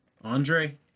andre